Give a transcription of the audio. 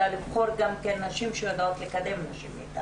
אלא לבחור גם נשים שיודעות לקדם נשים.